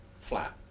flat